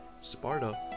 Sparta